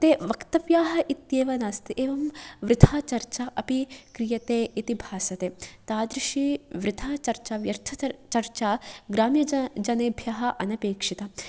ते वक्तव्याः इत्येव नास्ति एवं वृथा चर्चा अपि क्रियते इति भासते तादृशी वृथाचर्चा व्यर्थचर्चा ग्राम्यजनेभ्यः अनपेक्षिता